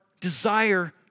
desire